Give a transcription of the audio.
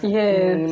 Yes